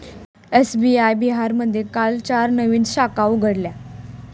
SBI बिहारमध्ये काल चार नवीन शाखा उघडल्या